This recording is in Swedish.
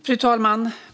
Fru talman!